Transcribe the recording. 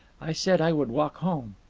i said i would walk home.